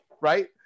right